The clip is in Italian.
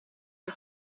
dei